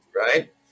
Right